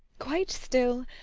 quite still.